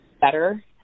better